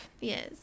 Yes